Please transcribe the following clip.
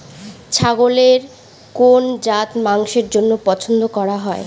ছাগলের কোন জাত মাংসের জন্য পছন্দ করা হয়?